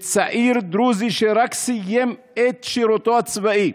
שצעיר דרוזי שרק סיים את שירותו הצבאי